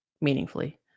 meaningfully